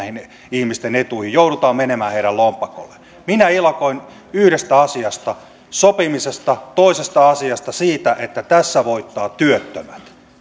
ihmisten etuihin joudutaan menemään heidän lompakolleen minä ilakoin yhdestä asiasta sopimisesta ja toisesta asiasta siitä että tässä voittavat työttömät